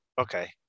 Okay